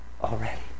already